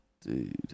Dude